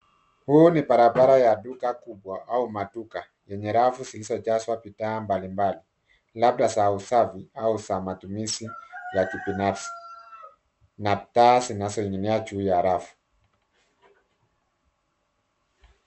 Huu ni barabara ya duka kubwa au maduka yenye fafu zilizojaswa bidhaa mbalimbali labda za usafi au za matumizi ya kibinafsi na taa zinazoninginia juu ya rafu